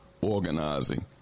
organizing